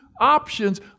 options